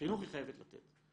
חינוך היא חייבת לתת,